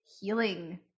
healing